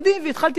התחלתי ואמרתי,